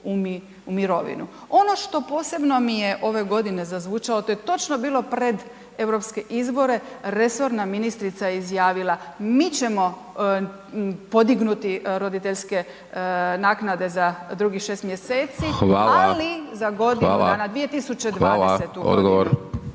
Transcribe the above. u mirovinu. Ono što posebno mi je ove godine zazvučalo, to je točno bilo pred europske izbore, resorna ministrica je izjavila mi ćemo podignuti roditeljske naknade za drugih 6 mj. ali za godinu, 2020. **Hajdaš